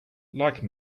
like